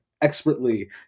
expertly